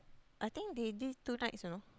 I think they did two nights you know